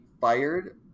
fired